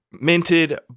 minted